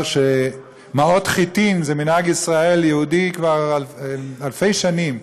מעות חיטים זה מנהג ישראל, יהודי, כבר אלפי שנים,